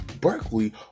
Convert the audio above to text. Berkeley